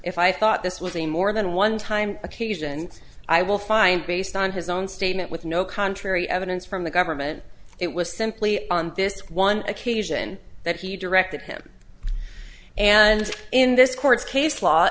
if i thought this was a more than one time occasion i will find based on his own statement with no contrary evidence from the government it was simply on this one occasion that he directed him and in this court case law